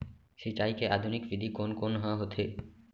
सिंचाई के आधुनिक विधि कोन कोन ह होथे?